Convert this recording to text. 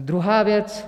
Druhá věc.